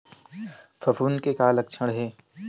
फफूंद के का लक्षण हे?